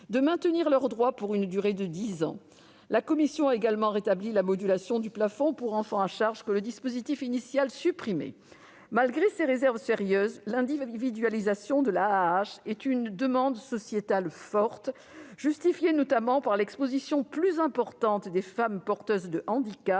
de maintenir leurs droits pour une durée de dix ans. La commission a également rétabli la modulation du plafond pour enfant à charge que le dispositif initial supprimait. Malgré ces réserves sérieuses, l'individualisation de l'AAH est une demande sociétale forte, justifiée notamment par l'exposition plus importante des femmes porteuses de handicap